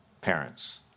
parents